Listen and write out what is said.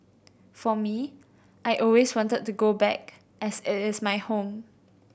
for me I always wanted to go back as it is my home